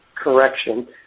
correction